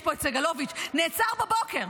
יש פה את סגלוביץ' נעצר בבוקר,